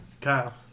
Kyle